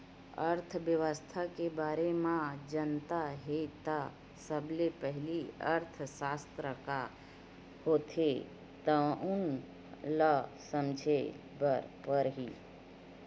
अर्थबेवस्था के बारे म जानना हे त सबले पहिली अर्थसास्त्र का होथे तउन ल समझे बर परही